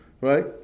right